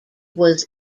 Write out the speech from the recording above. was